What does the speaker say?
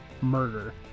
murder